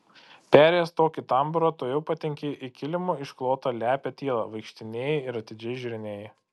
perėjęs tokį tambūrą tuojau patenki į kilimu išklotą lepią tylą vaikštinėji ir atidžiai žiūrinėji